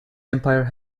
empire